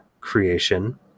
creation